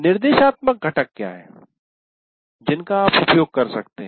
निर्देशात्मक घटक क्या हैं जिनका आप उपयोग कर सकते हैं